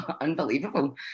unbelievable